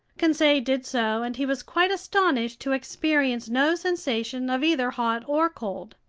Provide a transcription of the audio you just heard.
conseil did so, and he was quite astonished to experience no sensation of either hot or cold.